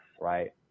right